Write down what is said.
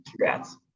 congrats